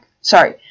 sorry